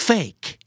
Fake